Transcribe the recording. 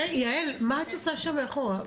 יעל, מה את עושה שם מאחורה?